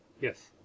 Yes